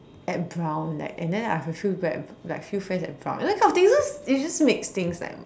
at brown like and then I have a few people like a few friends at brown and then you know it just makes things like